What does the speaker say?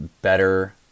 better